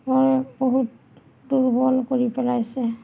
বৰ বহুত দুৰ্বল কৰি পেলাইছে